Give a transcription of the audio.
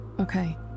Okay